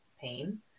pain